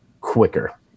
quicker